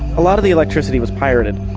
a lot of the electricity was pirated.